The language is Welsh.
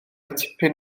tipyn